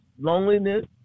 loneliness